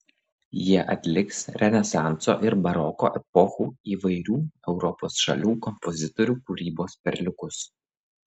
jie atliks renesanso ir baroko epochų įvairių europos šalių kompozitorių kūrybos perliukus